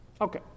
Okay